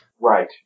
Right